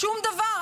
שום דבר.